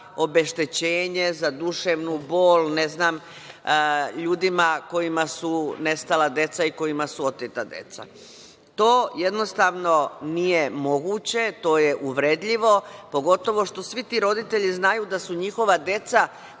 za obeštećenje, za duševnu bol, ljudima kojima su nestala deca i kojima su oteta deca. To nije moguće, to je uvredljivo, pogotovo što svi ti roditelji znaju da su njihova deca